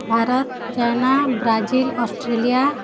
Bharat China Brazil Australia